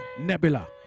nebula